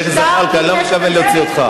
חבר הכנסת זחאלקה, אני לא מתכוון להוציא אותך.